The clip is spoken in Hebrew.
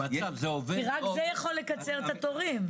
זה עובד או --- כי רק זה יכול לקצר את התורים.